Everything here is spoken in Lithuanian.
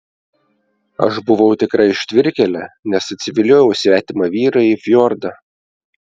aš buvau tikra ištvirkėlė nes atsiviliojau svetimą vyrą į fjordą